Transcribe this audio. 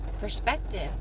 perspective